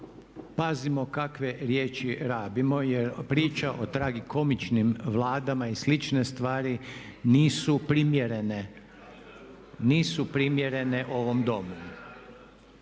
pazimo kakve riječi rabimo jer priča o tragikomičnim Vladama i slične stvari nisu primjerene, nisu